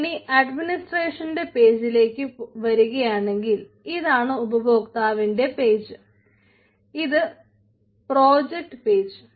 ഇനി അഡ്മിനിസ്ട്രേഷന്റെ പേജിലേക്ക് വരികയാണെങ്കിൽ ഇതാണ് ഉപഭോക്താവിന്റെ പേജ് ഇത് പ്രോജക്ട് പേജ്